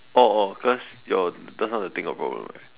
oh oh cause your just now the thing got problem right